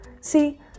See